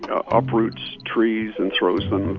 ah ah uproots trees and throws them,